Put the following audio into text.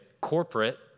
corporate